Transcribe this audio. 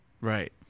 Right